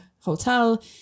hotel